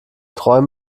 träum